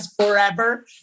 forever